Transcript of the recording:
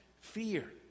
fear